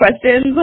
questions